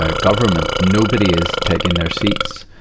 ah government. nobody is taking their seats.